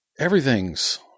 Everything's